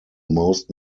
most